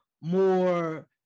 more